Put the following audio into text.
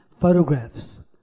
photographs